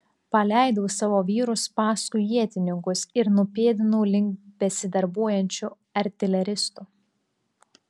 paleidau savo vyrus paskui ietininkus ir nupėdinau link besidarbuojančių artileristų